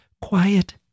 quiet